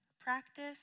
Practice